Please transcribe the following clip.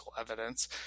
evidence